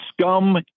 scum